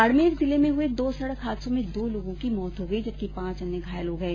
बाडमेर जिले में हए दो सड़क हादसे में दो लोगों की मौत हो गई जबकि पांच घायल हो गये